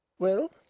Well